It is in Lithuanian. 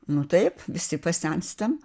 nu taip visi pasenstam